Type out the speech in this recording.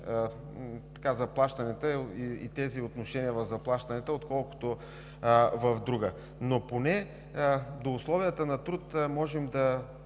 заплащанията – отношенията в заплащанията, отколкото в друга. Поне за условията на труд можем да